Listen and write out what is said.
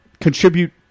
contribute